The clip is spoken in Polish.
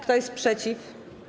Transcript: Kto jest przeciw?